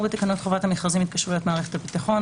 בתקנות חובת המכרזים (התקשרויות מערכת הביטחון),